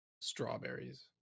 strawberries